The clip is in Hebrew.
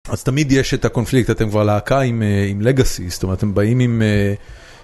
אז תמיד יש את הקונפליקט, אתם כבר להקה עם Legacy, זאת אומרת, אתם באים עם...